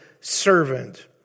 servant